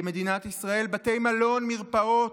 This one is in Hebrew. במדינת ישראל, בתי מלון, מרפאות,